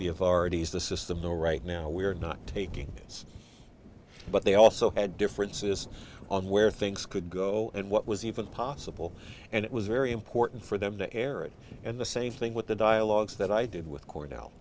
the authorities the system know right now we are not taking sides but they also had differences on where things could go and what was even possible and it was very important for them to air it and the same thing with the dialogues that i did with cornell